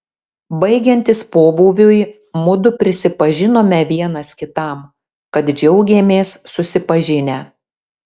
baigiantis pobūviui mudu prisipažinome vienas kitam kad džiaugėmės susipažinę